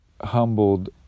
humbled